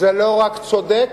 זה לא רק צודק,